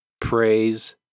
Praise